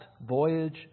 Voyage